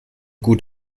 gut